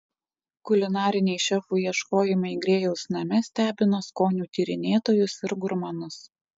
kulinariniai šefų ieškojimai grėjaus name stebina skonių tyrinėtojus ir gurmanus